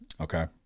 Okay